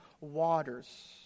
waters